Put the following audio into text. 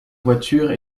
voitures